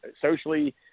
socially